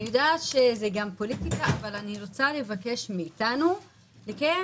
אני יודעת שזאת גם פוליטיקה אבל אני רוצה לבקש מאתנו לקיים